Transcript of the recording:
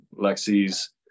Lexi's